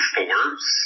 Forbes